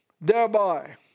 thereby